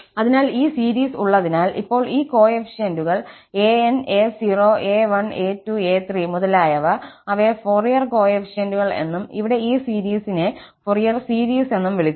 അതിനാൽ ഈ സീരീസ് ഉള്ളതിനാൽ ഇപ്പോൾ ഈ കോഎഫിഷ്യന്റുകൾ an a0 a1 a2 a3 മുതലായവ അവയെ ഫൊറിയർ കോഎഫിഷ്യന്റുകൾ എന്നും ഇവിടെ ഈ സീരീസിനെ ഫോറിയർ സീരീസ് എന്നും വിളിക്കുന്നു